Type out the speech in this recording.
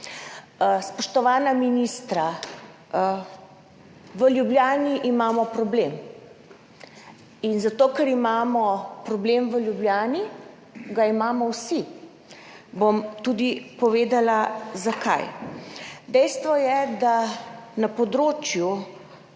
Spoštovana ministra, v Ljubljani imamo problem. In zato ker imamo problem v Ljubljani, ga imamo vsi. Bom tudi povedala, zakaj. Dejstvo je, da na področju